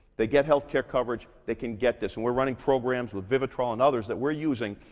they get healthcare coverage, they can get this. and we're running programs with vivitrol and others that we're using.